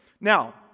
Now